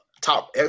top